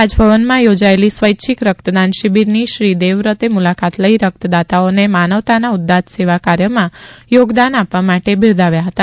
રાજભવનમાં યોજાયેલી સ્વૈચ્છિક રક્તદાન શિબિરની શ્રી દેવવ્રતે મુલાકાત લઇ રક્તદાતાઓને માનવતાના ઉદ્દાત્ત સેવાકાર્યમાં યોગદાન આપવા માટે બિરદાવ્યા હતા